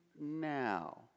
now